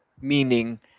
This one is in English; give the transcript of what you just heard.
meaning